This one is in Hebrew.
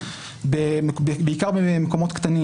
בעיקר מקומות קטנים,